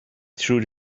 through